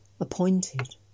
appointed